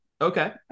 Okay